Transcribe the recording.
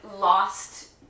lost